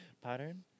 Pattern